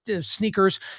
sneakers